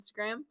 Instagram